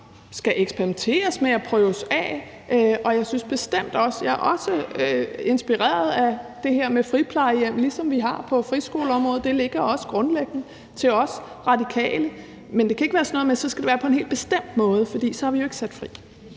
skal eksperimenteres med, og som skal prøves af. Jeg er også inspireret af det her med friplejehjem, ligesom vi har noget på friskoleområdet. Det ligger også grundlæggende til os Radikale, men det kan ikke være sådan noget med, at det så skal være på en helt bestemt måde, for så har vi jo ikke sat dem